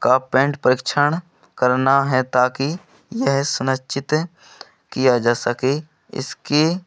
का पेंट परीक्षण करना है ताकी यह सुनिश्चित किया जा सके इसके